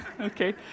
okay